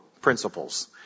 principles